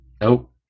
Nope